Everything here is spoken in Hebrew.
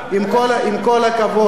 עם כל הכבוד,